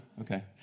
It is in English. Okay